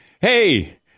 hey